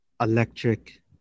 electric